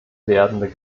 werdende